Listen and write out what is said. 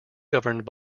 governed